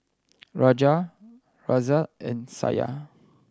Raja Razia and Satya